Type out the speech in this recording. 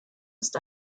ist